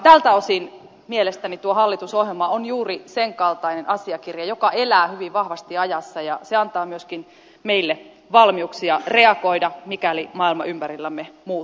tältä osin mielestäni tuo hallitusohjelma on juuri sen kaltainen asiakirja joka elää hyvin vahvasti ajassa ja se antaa myöskin meille valmiuksia reagoida mikäli maailma ympärillämme muuttuu